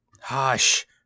Hush